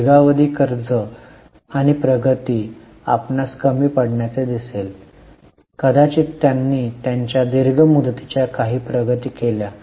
दीर्घावधी कर्ज आणि प्रगती आपणास कमी पडण्याचे दिसेल कदाचित त्यांनी त्यांच्या दीर्घ मुदतीच्या काही प्रगती केल्या